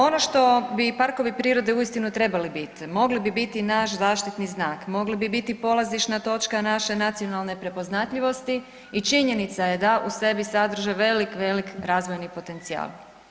Ono što bi parkovi prirode uistinu trebali biti, mogli bi biti naš zaštitni znak, mogli bi biti polazišna točka naše nacionalne prepoznatljivosti i činjenica je da u sebi sadrže velik, velik razvojni potencijal.